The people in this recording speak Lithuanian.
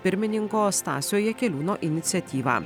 pirmininko stasio jakeliūno iniciatyva